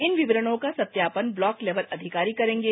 इन विवरणों का सत्यापन ब्लॉक लेवल अधिकारी करेंगे